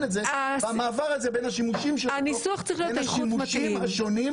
הניסוח צריך להיות איכות מתאים, כמו שיובל אומר.